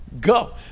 go